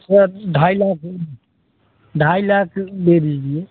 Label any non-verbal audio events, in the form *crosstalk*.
अब ढाई लाख *unintelligible* ढाई लाख दे दीजिए